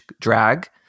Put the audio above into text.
drag